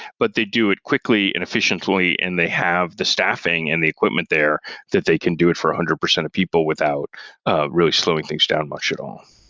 but they do it quickly and efficiently, and they have the staffing and the equipment there that they can do it for a hundred percent of people without ah really slowing things down much at all.